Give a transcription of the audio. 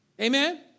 Amen